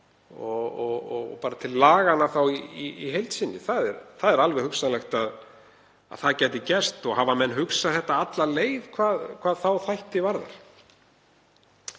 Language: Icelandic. og til laganna í heild sinni. Það er alveg hugsanlegt að það gæti gerst. Hafa menn hugsað þetta alla leið hvað þá þætti varðar?